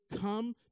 come